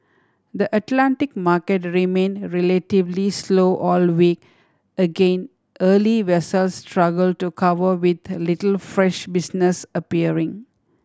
the Atlantic market remained relatively slow all week again early vessels struggle to cover with little fresh business appearing